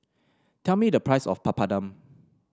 tell me the price of Papadum